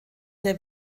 der